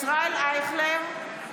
אייכלר,